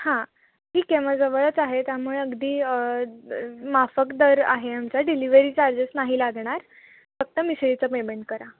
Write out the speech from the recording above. हां ठीक आहे मग जवळच आहे त्यामुळे अगदी माफक दर आहे आमचा डिलिवरी चार्जेस नाही लागणार फक्त मिसळीचं पेमेंट करा